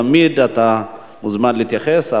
תמיד אתה מוזמן להתייחס,